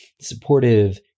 supportive